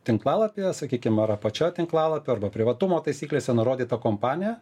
tinklalapyje sakykim ar apačioj tinklalapio arba privatumo taisyklėse nurodyta kompanija